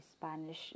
spanish